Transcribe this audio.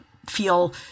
feel